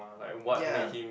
ya